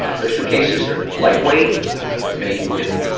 ah they're suitcases, they're lightweight they're made with, ah,